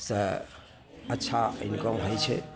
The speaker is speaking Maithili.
सँ अच्छा इनकम हइ छै